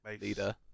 leader